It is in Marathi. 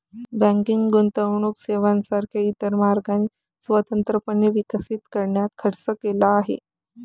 बँकिंग गुंतवणूक सेवांसारख्या इतर मार्गांनी स्वतंत्रपणे विकसित करण्यात खर्च केला आहे